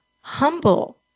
humble